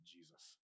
Jesus